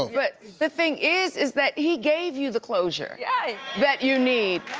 but the thing is, is that he gave you the closure yeah that you need.